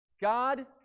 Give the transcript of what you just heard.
God